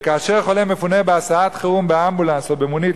וכאשר הוא מפונה בהסעת חירום באמבולנס או במונית